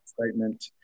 excitement